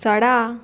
सडा